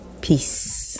peace